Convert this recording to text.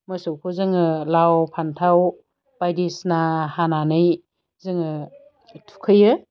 मोसौखौ जोङो लाव फानथाव बायदिसिना हानानै जोङो थुखैयो